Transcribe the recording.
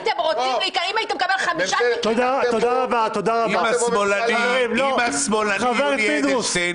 -- אם הייתם מקבלים חמישה תיקים --- אם השמאלני יולי אדלשטיין